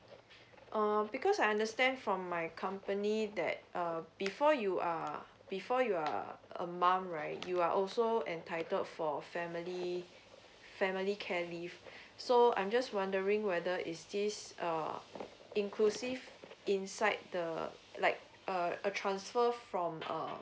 um because I understand from my company that uh before you err before you uh a mom right you are also entitled for family family care leave so I'm just wondering whether is this err inclusive inside the like a a transfer from um